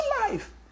life